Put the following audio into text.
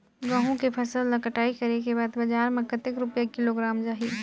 गंहू के फसल ला कटाई करे के बाद बजार मा कतेक रुपिया किलोग्राम जाही?